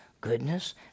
goodness